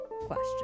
question